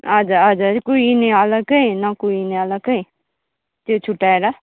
हजुर हजुर कुहिने अलग्गै नकुहिने अलग्गै त्यो छुट्याएर